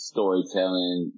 Storytelling